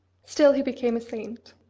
still he became a saint!